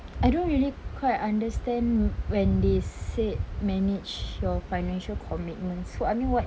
I don't really quite understand when they said manage your financial commitments so I mean what